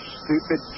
stupid